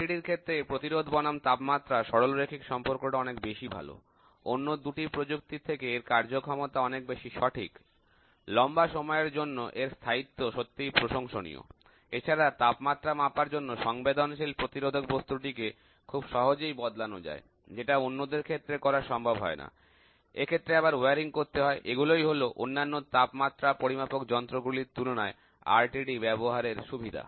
RTD র ক্ষেত্রে প্রতিরোধ বনাম তাপমাত্রার সরলরৈখিক সম্পর্কটা অনেক বেশি ভালো অন্য দুটি প্রযুক্তির থেকে এর কার্যক্ষমতা অনেক বেশি সঠিক লম্বা সময়ের জন্য এর স্থায়িত্ব সত্যিই প্রশংসনীয় এছাড়া তাপমাত্রা মাপার জন্য সংবেদনশীল প্রতিরোধক বস্তুটিকে খুব সহজেই বদলানো যায় যেটা অন্যদের ক্ষেত্রে করা সম্ভব হয় না এক্ষেত্রে আবার তার ব্যবস্থা করতে হয় এগুলোই হল অন্যান্য তাপমাত্রা পরিমাপক যন্ত্র গুলির তুলনায় RTD ব্যবহারের সুবিধা